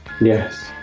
yes